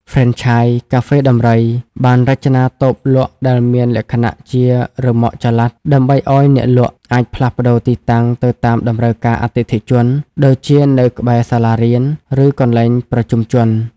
ហ្វ្រេនឆាយ កាហ្វេដំរី (Elephant Coffee) បានរចនាតូបលក់ដែលមានលក្ខណៈជា "រ៉ឺម៉កចល័ត" ដើម្បីឱ្យអ្នកលក់អាចផ្លាស់ប្តូរទីតាំងទៅតាមតម្រូវការអតិថិជន ដូចជានៅក្បែរសាលារៀន ឬកន្លែងប្រជុំជន។